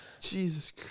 Jesus